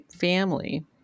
family